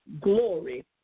glory